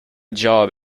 job